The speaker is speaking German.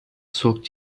zog